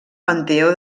panteó